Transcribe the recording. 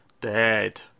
dead